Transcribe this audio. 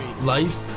life